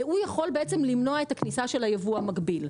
ויכול למנוע את הכניסה של הייבוא המקביל.